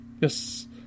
Yes